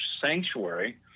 Sanctuary